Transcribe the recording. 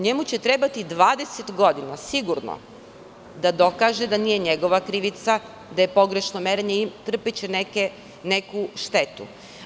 Njemu će trebati 20 godina sigurno da dokaže da nije njegova krivica, da je pogrešno merenje i trpeće neku štetu.